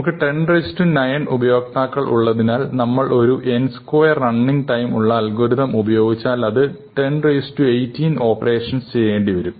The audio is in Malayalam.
നമുക്ക് 10 9 ഉപയോക്താക്കൾ ഉള്ളതിനാൽ നമ്മൾ ഒരു n സ്ക്വയർ റണ്ണിങ് ടൈം ഉള്ള അൽഗോരിതം ഉപയോഗിച്ചാൽ അത് 10 18 ഓപ്പറേഷനുകൾ ചെയ്യേണ്ടിവരും